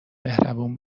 مهربون